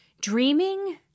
dreaming